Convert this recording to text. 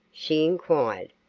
she inquired,